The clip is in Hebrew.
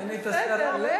זה בסדר.